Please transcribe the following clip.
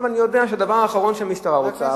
אני יודע שהדבר האחרון שהמשטרה רוצה,